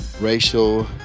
racial